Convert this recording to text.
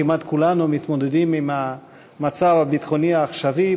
כמעט כולנו מתמודדים עם המצב הביטחוני העכשווי.